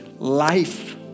Life